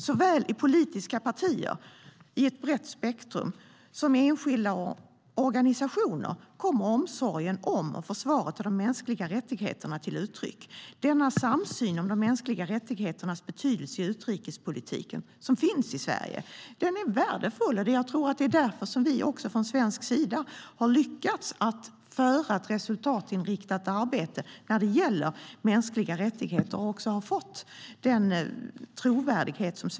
Såväl i politiska partier som i ett brett spektrum av enskilda organisationer kommer omsorgen om och försvaret av de mänskliga rättigheterna till uttryck. Denna samsyn om de mänskliga rättigheternas betydelse i utrikespolitiken som finns i Sverige är värdefull, och jag tror att det är därför som vi från svensk sida har lyckats föra ett resultatinriktat arbete när det gäller mänskliga rättigheter och också har fått en trovärdighet.